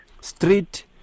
Street